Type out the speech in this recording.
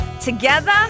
together